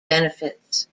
benefits